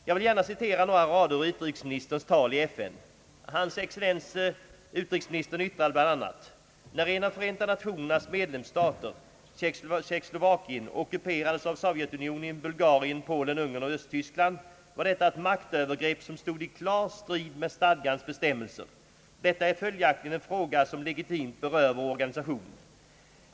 Jag vill gärna citera några rader ur utrikesministerns tal i FN. Hans excellens utrikesministern yttrade bl.a.: »När en av Förenta Nationernas medlemsstater, Tjeckoslovakien, ockuperades av Sovjetunionen, Bulgarien, Polen, Ungern och Östtyskland, var detta ett maktövergrepp, som stod i klar strid med stadgans bestämmelser. Detta är följaktligen en fråga som legitimt berör vår organisation.